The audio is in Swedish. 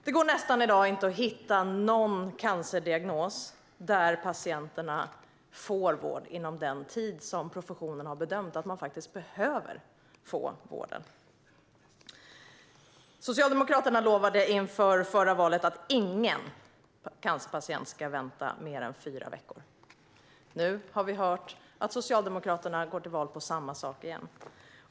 Det går i dag nästan inte att hitta någon cancerdiagnos där patienterna får vård inom den tid som professionen har bedömt att man behöver få vården. Socialdemokraterna lovade inför förra valet att ingen cancerpatient ska vänta längre än fyra veckor. Nu har vi hört att Socialdemokraterna går till val på samma sak igen.